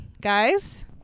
guys